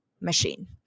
machine